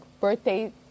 birthday